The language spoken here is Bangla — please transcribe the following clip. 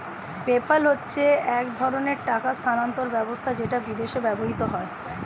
পেপ্যাল হচ্ছে এক ধরণের টাকা স্থানান্তর ব্যবস্থা যেটা বিদেশে ব্যবহৃত হয়